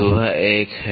तो वह एक है